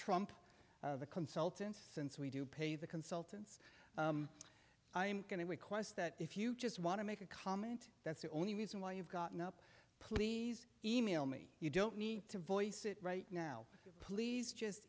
trump the consultants since we do pay the consultants i am going to request that if you just want to make a comment that's the only reason why you've gotten up please e mail me you don't need to voice it right now please just